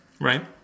Right